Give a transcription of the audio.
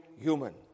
human